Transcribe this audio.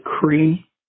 decree